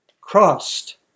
Crossed